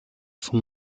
vom